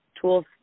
tools